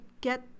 get